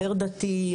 יותר דתי,